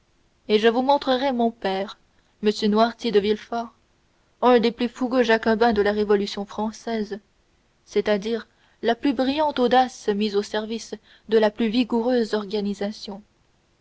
et je vous montrerai mon père m noirtier de villefort un des plus fougueux jacobins de la révolution française c'est-à-dire la plus brillante audace mise au service de la plus vigoureuse organisation